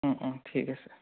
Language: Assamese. ঠিক আছে